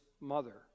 mother